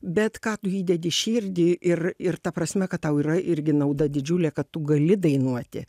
bet ką tu įdedi į širdį ir ir ta prasme kad tau yra irgi nauda didžiulė kad tu gali dainuoti